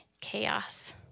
chaos